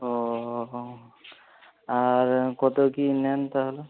ও আর কত কি নেন তাহলে